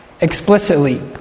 Explicitly